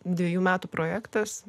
dvejų metų projektas